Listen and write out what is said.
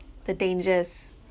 the dangers